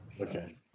Okay